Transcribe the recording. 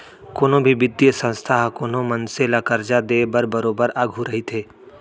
कोनो भी बित्तीय संस्था ह कोनो मनसे ल करजा देय बर बरोबर आघू रहिथे